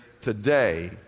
today